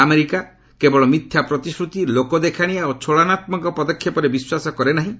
America କେବଳ ମିଥ୍ୟା ପ୍ରତିଶ୍ରତି ଲୋକଦେଖାଣିଆ ଓ ଛଳନାତ୍ମକ ପଦକ୍ଷେପରେ ବିଶ୍ୱାସ କରେ ନାହିଁ